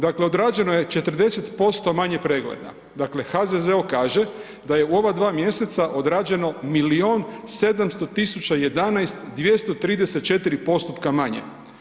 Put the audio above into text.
Dakle, odrađeno je 40% manje pregleda, dakle HZZO kaže da je u ova 2 mj. odrađeno milijun 711 234 postupka manje.